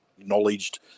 acknowledged